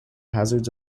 hazards